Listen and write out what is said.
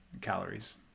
calories